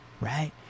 Right